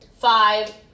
five